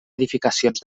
edificacions